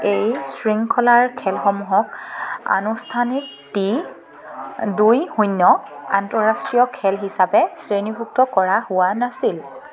এই শৃংখলাৰ খেলসমূহক আনুষ্ঠানিক টি দুই শূন্য আন্তঃৰাষ্ট্ৰীয় খেল হিচাপে শ্ৰেণীভুক্ত কৰা হোৱা নাছিল